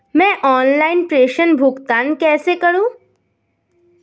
मैं ऑनलाइन प्रेषण भुगतान कैसे करूँ?